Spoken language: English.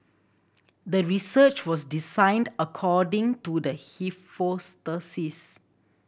the research was designed according to the